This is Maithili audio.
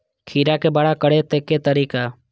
खीरा के बड़ा करे के तरीका?